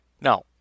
Now